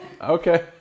Okay